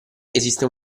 esiste